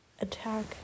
attack